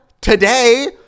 today